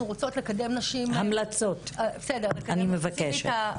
המלצות, אני מבקשת.